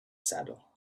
saddle